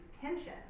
tension